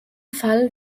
fall